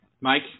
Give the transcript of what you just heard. Mike